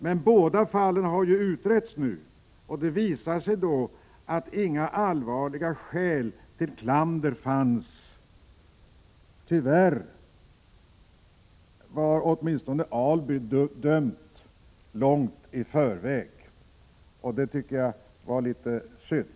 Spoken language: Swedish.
Men de båda fallen har utretts, och det har visat sig att det inte finns några allvarliga skäl till klander. Tyvärr var åtminstone Alby dömt långt i förväg, och det tycker jag var litet synd.